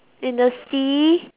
in the sea